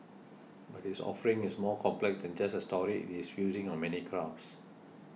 but his offering is more complex than just a story it is fusing of many crafts